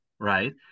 Right